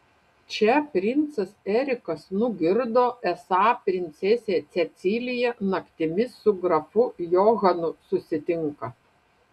čia princas erikas nugirdo esą princesė cecilija naktimis su grafu johanu susitinka